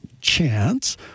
chance